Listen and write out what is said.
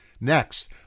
Next